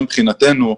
מבחינתנו,